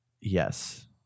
yes